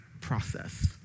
process